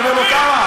אני אומר לו: כמה?